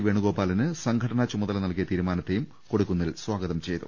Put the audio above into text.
വേണുഗോപാലിന് സംഘ ടനാ ചുമതല നൽകിയ തീരുമാനത്തെയും കൊടിക്കുന്നിൽ സ്വാഗതം ചെയ്തു